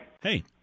Hey